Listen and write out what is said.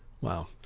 Wow